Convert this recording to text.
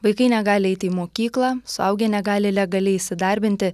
vaikai negali eiti į mokyklą suaugę negali legaliai įsidarbinti